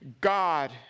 God